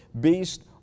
based